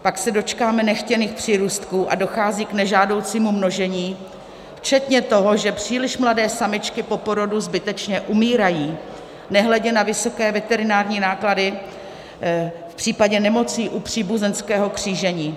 Pak se dočkáme nechtěných přírůstků a dochází k nežádoucímu množení, včetně toho, že příliš mladé samičky po porodu zbytečně umírají, nehledě na vysoké veterinární náklady v případě nemocí u příbuzenského křížení.